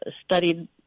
studied